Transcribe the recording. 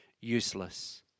useless